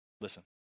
listen